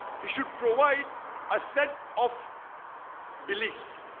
he should provide a set of beliefs